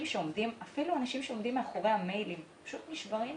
שעומדים מאחורי המיילים לפעמים פשוט נשברים.